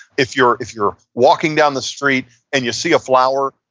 if you're if you're walking down the street and you see a flower,